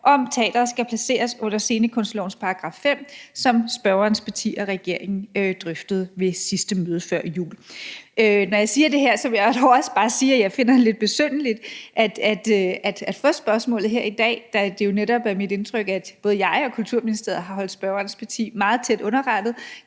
om teatret skal placeres under scenekunstlovens § 5, som spørgerens parti og regeringen drøftede ved sidste møde før jul. Når jeg siger det her, vil jeg dog også bare sige, at jeg finder det besynderligt at få spørgsmålet her i dag, da det jo netop er mit indtryk, at både jeg og Kulturministeriet har holdt spørgerens parti meget tæt underrettet,